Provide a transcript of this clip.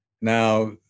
Now